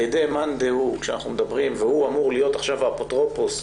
ידי מאן דהוא והוא אמור להיות עכשיו האפוטרופוס,